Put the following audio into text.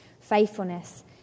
faithfulness